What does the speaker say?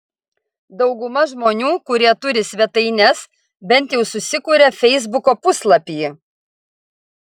dauguma žmonių kurie turi svetaines bent jau susikuria feisbuko puslapį